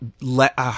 let